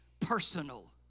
Personal